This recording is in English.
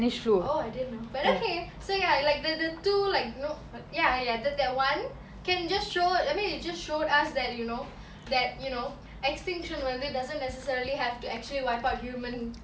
oh I didn't know but okay so ya like the the two like you know ya that one can just show I mean it just showed us that you know that you know extinction one way it doesn't necessarily have to actually wipe out human